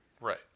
right